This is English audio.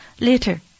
later